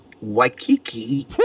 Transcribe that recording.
Waikiki